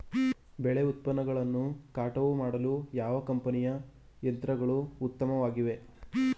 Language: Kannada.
ಬೆಳೆ ಉತ್ಪನ್ನಗಳನ್ನು ಕಟಾವು ಮಾಡಲು ಯಾವ ಕಂಪನಿಯ ಯಂತ್ರಗಳು ಉತ್ತಮವಾಗಿವೆ?